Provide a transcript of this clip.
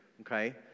Okay